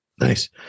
Nice